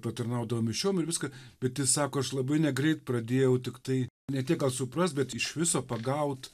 patarnaudavo mišiom ir viską bet jis sako aš labai negreit pradėjau tiktai ne tiek gal suprast bet iš viso pagaut